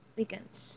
weekends